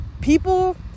people